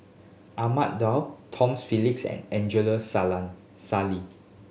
Ahmad Daud Tom Phillips and Angela Sally